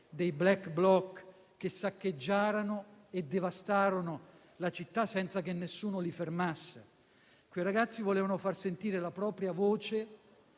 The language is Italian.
dei *black bloc* che saccheggiarono e devastarono la città senza che nessuno li fermasse. Quei ragazzi volevano far sentire la propria voce